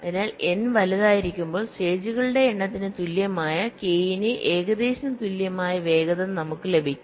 അതിനാൽ n വലുതായിരിക്കുമ്പോൾസ്റ്റേജുകളുടെ എണ്ണത്തിന് തുല്യമായ k ന് ഏകദേശം തുല്യമായ വേഗത നമുക്ക് ലഭിക്കും